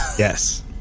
Yes